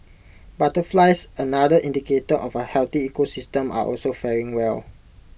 butterflies another indicator of A healthy ecosystem are also faring well